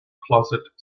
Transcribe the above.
closet